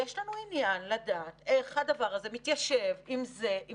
יש לנו עניין לדעת איך הדבר הזה מתיישב עם סדרי